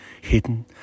hidden